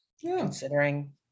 considering